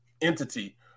entity